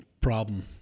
problem